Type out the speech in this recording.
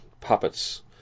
puppets